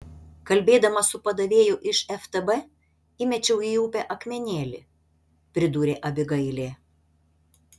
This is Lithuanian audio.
kalbėdama su padavėju iš ftb įmečiau į upę akmenėlį pridūrė abigailė